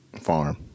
Farm